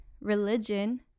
religion